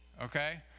Okay